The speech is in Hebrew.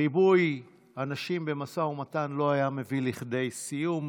ריבוי אנשים במשא ומתן לא היה מביא לכדי סיום.